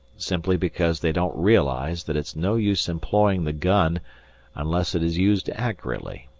simply because they don't realize that it's no use employing the gun unless it is used accurately,